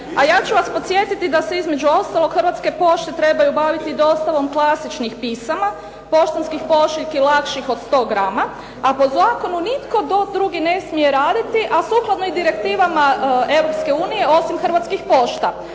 A ja ću vas podsjetiti da se između ostalog Hrvatske pošte trebaju baviti dostavom klasičnih pisama, poštanskih pošiljki lakših od 100 grama a po zakonu hitno to drugi ne smije raditi a sukladno i direktivama Europske unije osim Hrvatskih pošta.